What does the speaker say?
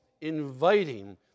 inviting